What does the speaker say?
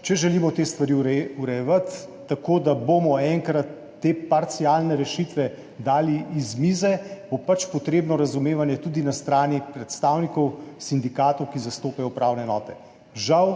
če želimo te stvari urejevati tako, da bomo enkrat te parcialne rešitve dali z mize, bo pač potrebno razumevanje tudi na strani predstavnikov sindikatov, ki zastopajo upravne enote. Žal